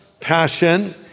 passion